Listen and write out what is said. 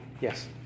Yes